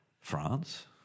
France